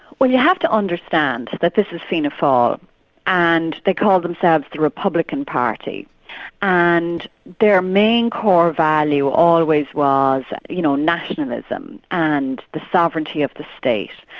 well you have to understand that this is fianna fail and they call themselves the republican party and their main core value always was you know nationalism and the sovereignty of the state.